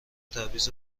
تبعیض